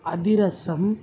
அதிரசம்